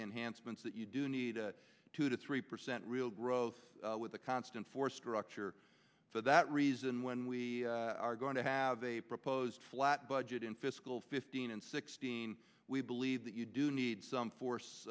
enhanced means that you do need a two to three percent real growth with the constant force structure for that reason when we are going to have a proposed flat budget in fiscal fifteen and sixteen we believe that you do need some force